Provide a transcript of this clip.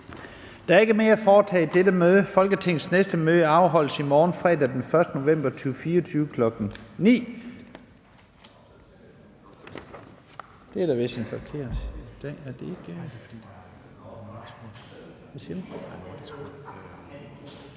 Der er ikke mere at foretage i dette møde. Folketingets næste møde afholdes fredag den 1. november 2024 kl.